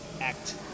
act